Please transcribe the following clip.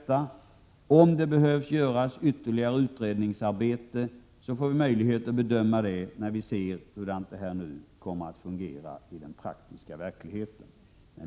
Vi får också möjlighet att bedöma om ytterligare utredningsarbete blir nödvändigt när vi ser hur detta kommer att fungera i den praktiska verkligheten.